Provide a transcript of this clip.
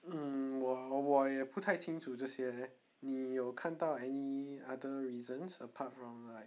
err 我我也不太清楚这些你有看到 any other reasons apart from like